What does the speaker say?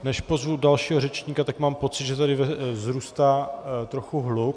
Než pozvu dalšího řečníka, tak mám pocit, že tady vzrůstá trochu hluk.